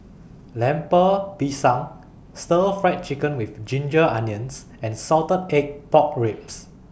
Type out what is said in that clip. Lemper Pisang Stir Fry Chicken with Ginger Onions and Salted Egg Pork Ribs